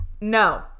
No